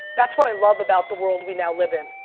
that's what i love about the world we now live in.